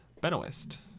Benoist